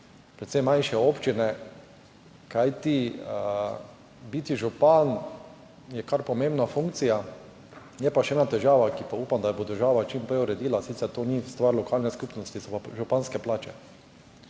predvsem manjše občine. Kajti biti župan je kar pomembna funkcija. Je pa še ena težava, ki upam, da jo bo država čim prej uredila, sicer to ni stvar lokalne skupnosti, to so pa županske plače.